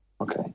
Okay